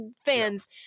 fans